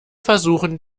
versuchen